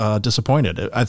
disappointed